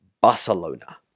Barcelona